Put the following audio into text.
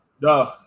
No